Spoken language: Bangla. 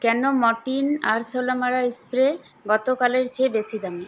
কেন মরটিন আরশোলা মারার স্প্রে গতকালের চেয়ে বেশি দামি